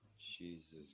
Jesus